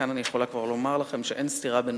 וכאן אני יכולה כבר לומר לכם שאין סתירה בין